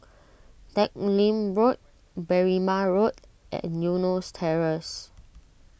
Teck Lim Road Berrima Road and Eunos Terrace